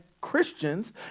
Christians